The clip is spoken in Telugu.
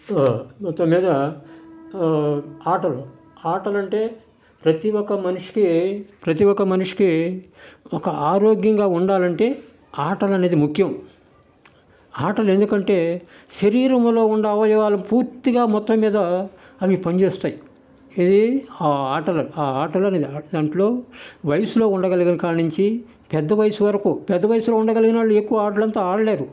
మొత్తం మీద ఆటలు ఆటలు అంటే ప్రతి ఒక మనిషికి ప్రతి ఒక మనిషికి ఒక ఆరోగ్యంగా ఉండాలంటే ఆటలు అనేది ముఖ్యం ఆటలు ఎందుకంటే శరీరంలో ఉన్న అవయవాలు పూర్తిగా మొత్తం మీద అవి పని చేస్తాయి ఆ ఆటలు ఆ ఆటలు అనేది దాంట్లో వయసులో ఉండగలిగిన కాడ నుంచి పెద్ద వయసు వరకు పెద్ద వయసులో ఉండగలిగిన వాళ్లు ఎక్కువ ఆటలు అంతా ఆడలేరు